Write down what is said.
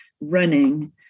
running